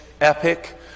epic